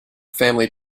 family